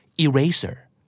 eraser